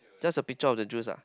just the picture of the juice ah